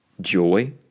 joy